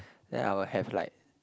then I will have like